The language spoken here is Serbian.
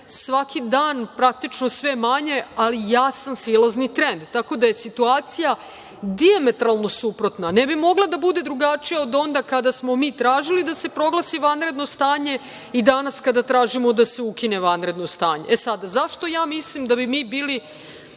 svaki dan, praktično, sve manje, ali jasan silazni trend, tako da je situacija dijametralno suprotna. Ne bi mogla da bude drugačija od onda kada smo mi tražili da se proglasi vanredno stanje i danas kada tražimo da se ukine vanredno stanje.E sada, zašto ja mislim da bi mi bili